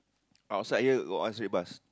outside here got one straight bus